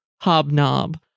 hobnob